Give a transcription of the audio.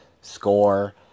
score